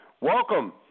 Welcome